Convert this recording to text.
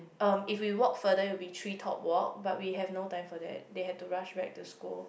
um if we walked further it will be treetop walk but we have no time for that they have to rush back to school